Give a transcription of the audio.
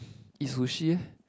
eat sushi eh